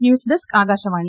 news desk Akashvani